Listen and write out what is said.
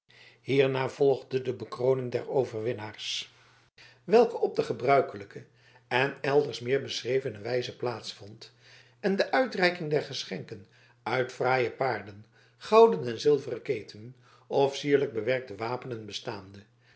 hierna volgde de bekroning der overwinnaars welke op de gebruikelijke en elders meer beschrevene wijze plaats vond en de uitreiking der geschenken uit fraaie paarden gouden en zilveren ketenen of sierlijk bewerkte wapenen bestaande